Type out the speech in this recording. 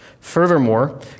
Furthermore